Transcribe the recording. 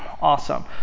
awesome